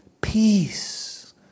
peace